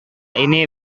ini